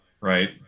right